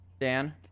Dan